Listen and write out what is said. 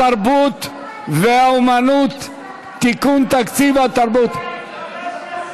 התרבות והאומנות (תיקון תקציב התרבות).